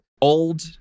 old